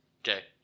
Okay